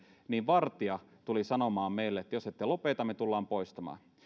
vartija tuli sanomaan meille että jos ette lopeta tulemme poistamaan